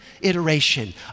iteration